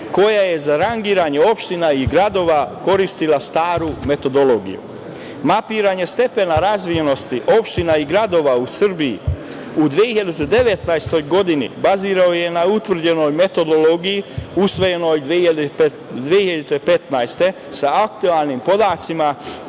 koja je za rangiranje opština i gradova koristila staru metodologiju. Mapiranje stepena razvijenosti opština i gradova u Srbiji u 2019. godini bazirano je na utvrđenoj metodologiji usvojenoj 2015. godine sa aktuelnim podacima